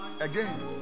Again